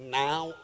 now